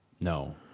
No